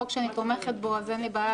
הצעת חוק הסמכת שירות הביטחון הכללי לסייע במאמץ